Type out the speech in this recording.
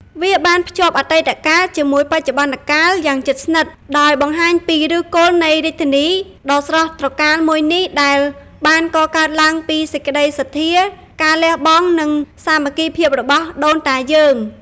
វាបានភ្ជាប់ អតីតកាលជាមួយបច្ចុប្បន្នកាល យ៉ាងជិតស្និទ្ធ ដោយបង្ហាញពី ឫសគល់នៃរាជធានីដ៏ស្រស់ត្រកាលមួយនេះ ដែលបានកកើតឡើងពីសេចក្តីសទ្ធា ការលះបង់ និងសាមគ្គីភាពរបស់ដូនតាយើង។